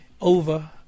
over